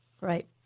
Right